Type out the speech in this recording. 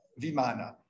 Vimana